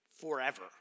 forever